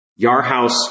Yarhouse